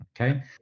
Okay